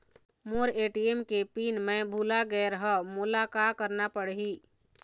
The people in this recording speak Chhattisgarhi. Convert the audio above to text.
मोर ए.टी.एम के पिन मैं भुला गैर ह, मोला का करना पढ़ही?